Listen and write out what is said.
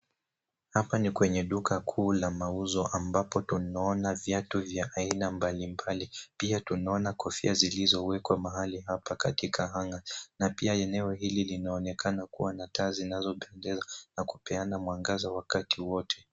Hapa ni kwenye duka kuu la mauzo ambapo tunaona viatu vya aina mbalimbali. Pia tunaona kofia zilizowekwa mahali hapa katika hanger na pia eneo hili linaonekana kuwa na taa zinazopendeza na kupeana mwangaza wakati wowote.